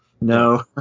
No